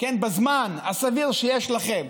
בזמן הסביר שיש לכם,